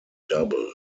double